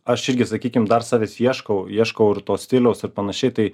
aš irgi sakykim dar savęs ieškau ieškau ir to stiliaus ir panašiai tai